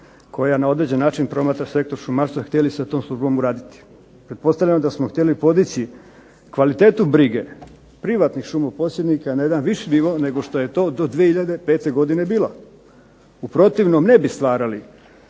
koja na određeni način promatra sektor šumarstva htjeli sa tom službom uraditi? Pretpostavljam da smo htjeli podići kvalitetu brige privatnih šumoposjednika na jedan viši nivo nego što je to do 2005. godine bilo. U protivnom ne bi stvarali